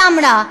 היא אמרה,